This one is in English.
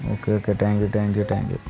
okay okay thank you thank you thank you